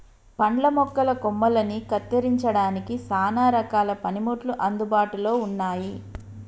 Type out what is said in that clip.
పండ్ల మొక్కల కొమ్మలని కత్తిరించడానికి సానా రకాల పనిముట్లు అందుబాటులో ఉన్నాయి